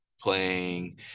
playing